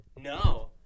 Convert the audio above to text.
No